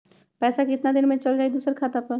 पैसा कितना दिन में चल जाई दुसर खाता पर?